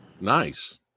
Nice